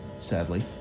sadly